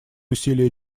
усилия